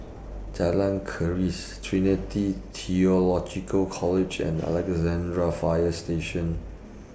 Jalan Keris Trinity Theological College and Alexandra Fire Station